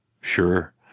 Sure